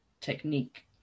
technique